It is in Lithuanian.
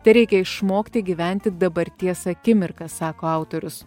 tereikia išmokti gyventi dabarties akimirka sako autorius